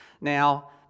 Now